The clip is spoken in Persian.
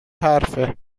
حرفه